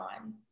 on